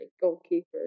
goalkeeper